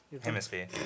hemisphere